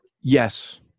Yes